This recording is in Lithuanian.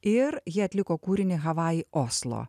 ir ji atliko kūrinį havajai oslo